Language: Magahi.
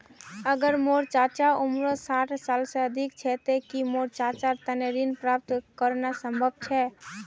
अगर मोर चाचा उम्र साठ साल से अधिक छे ते कि मोर चाचार तने ऋण प्राप्त करना संभव छे?